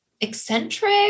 eccentric